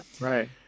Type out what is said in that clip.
Right